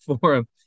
forum